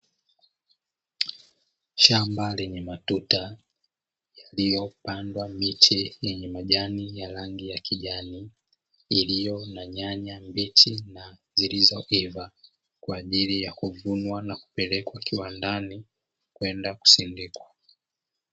Shamba lenye matuta yaliyopandwa miche yenye majani ya rangi ya kijani yaliyo na nyanya mbichi na zilizoiva kwa ajili ya kuvunwa na kupelekwa kiwandani kwenda kusindikwa.